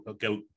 go